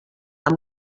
amb